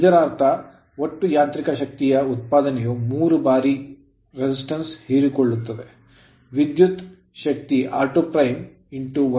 ಇದರರ್ಥ ಒಟ್ಟು ಯಾಂತ್ರಿಕ ಶಕ್ತಿಯ ಉತ್ಪಾದನೆಯು 3 ಬಾರಿ 3 ಹಂತ resistance ಪ್ರತಿರೋಧದಲ್ಲಿ ಹೀರಿಕೊಳ್ಳುವ ವಿದ್ಯುತ್ ಶಕ್ತಿ r2 1s - 1